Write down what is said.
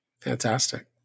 Fantastic